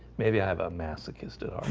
maybe i have a masochist at all